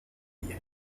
ella